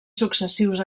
successius